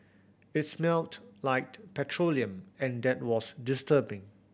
it smelt like petroleum and that was disturbing